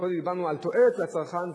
קודם דיברנו על תועלת לצרכן,